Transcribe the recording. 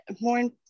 More